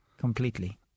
Completely